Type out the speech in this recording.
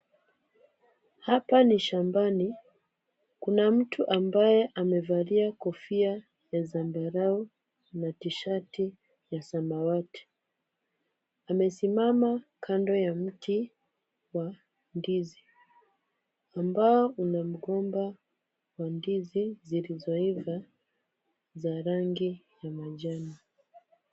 Hapa ni shambani, kuna mtu ambaye amevalia kofia ya zambarau na tishati ya samawati. Amesimama kando ya mti wa ndizi ambao una mgomba wa ndizi zilizoiva za rangi ya manjano.